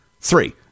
three